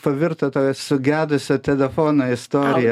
pavirto ta sugedusio telefono istorija